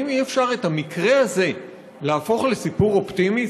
האם אי-אפשר את המקרה הזה להפוך לסיפור אופטימי?